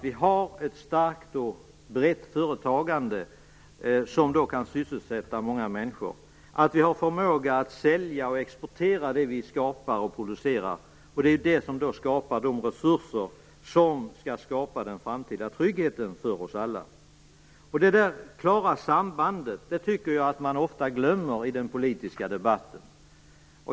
Vi har ett starkt och brett företagande som kan sysselsätta många människor och vi har förmåga att sälja och exportera det vi producerar. Det är det som skapar de resurser som skall skapa den framtida tryggheten för oss alla. Detta klara samband tycker jag att man ofta glömmer i den politiska debatten.